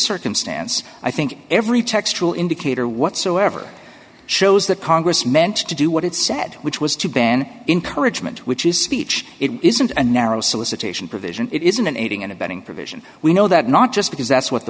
circumstance i think every textual indicator whatsoever shows that congress meant to do what it said which was to ban encouragement which is speech it isn't a narrow solicitation provision it isn't an aiding and abetting provision we know that not just because that's what the